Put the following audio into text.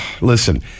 listen